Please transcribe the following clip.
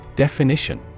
Definition